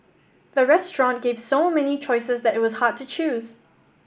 the restaurant gave so many choices that it was hard to choose